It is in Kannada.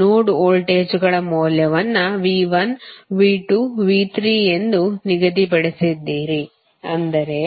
ನೋಡ್ ವೋಲ್ಟೇಜ್ಗಳ ಮೌಲ್ಯವನ್ನು V1V2V3 ಎಂದು ನಿಗದಿಪಡಿಸಿದ್ದೀರಿ ಅಂದರೆ